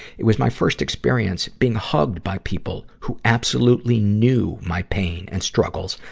it was my first experience being hugged by people who absolutely knew my pain and struggles,